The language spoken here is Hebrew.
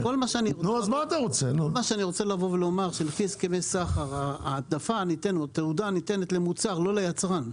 אני רוצה לומר שלפי הסכמי סחר התעודה ניתנת למוצר ולא ליצרן.